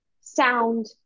sound